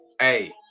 hey